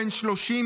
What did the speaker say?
בן 30,